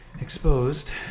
exposed